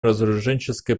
разоруженческой